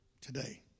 today